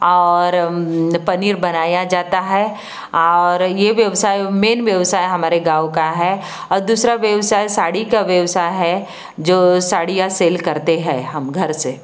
और पनीर बनाया जाता है और ये व्यवसाय मेन व्यवसाय हमारे गांव का है और दूसरा व्यवसाय साड़ी का व्यवसाय है जो साड़ियां सेल करते हैं हम घर से